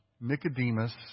Nicodemus